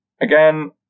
Again